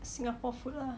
singapore food lah